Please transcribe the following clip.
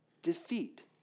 Defeat